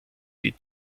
die